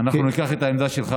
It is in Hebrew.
אנחנו ניקח את העמדה שלך,